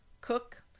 cook